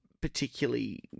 particularly